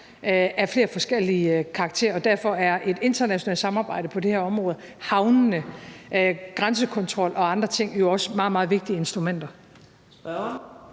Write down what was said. af flere forskellige karakterer, og derfor er et internationalt samarbejde på det her område – havnene, grænsekontrol og andre ting – jo også meget, meget vigtige instrumenter.